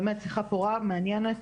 באמת שיחה פורה ומעניינת,